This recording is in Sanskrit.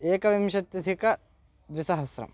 एकविंशत्यधिकद्विसहस्रम्